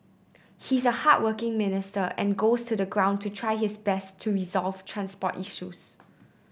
he's a hardworking minister and goes to the ground to try his best to resolve transport issues